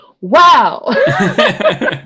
wow